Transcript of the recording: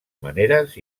maneres